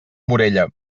morella